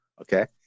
Okay